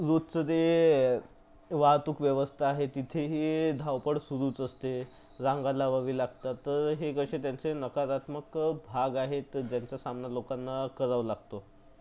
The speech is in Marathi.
रोजचं जे वाहतूक व्यवस्था आहे तिथेही धावपळ सुरूच असते रांगा लावावी लागतात तर हे कसे त्यांचे नकारात्मक भाग आहेत ज्यांचा सामना लोकांना करावा लागतो